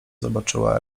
zobaczyła